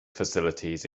facilities